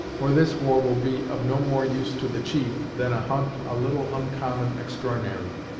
or this war will be of no more use to the chief, than a hunt a little oncommon extr'ornary.